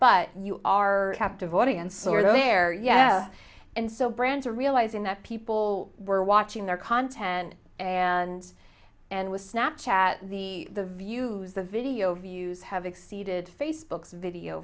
but you are captive audience over there yeah and so brands are realizing that people were watching their content and and with snap chat the the views the video views have exceeded facebook's video